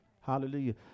Hallelujah